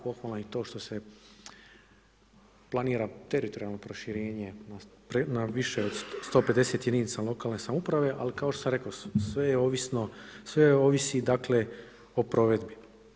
Pohvalno je i to što se planira teritorijalno proširenje na više od 150 jedinica lokalne samouprave, ali kao što sam rekao sve ovisi o provedbi.